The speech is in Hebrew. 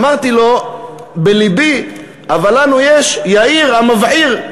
אמרתי לו בלבי: אבל לנו יש יאיר המבעיר.